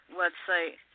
website